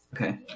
Okay